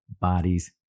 bodies